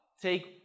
take